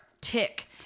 tick